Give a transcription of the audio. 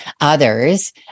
Others